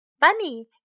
Bunny